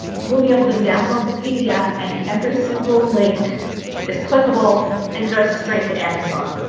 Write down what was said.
you'll be able to download the pdf and every single link is clickable and goes straight to amazon.